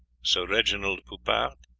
sir reginald poupart,